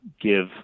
give